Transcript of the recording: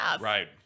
Right